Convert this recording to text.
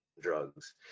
drugs